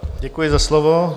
Děkuji za slovo.